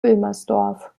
wilmersdorf